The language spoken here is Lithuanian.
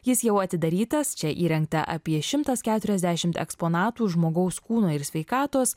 jis jau atidarytas čia įrengta apie šimtas keturiasdešimt eksponatų žmogaus kūno ir sveikatos